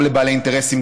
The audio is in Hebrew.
גם לבעלי אינטרסים,